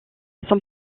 son